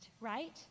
right